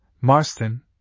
Marston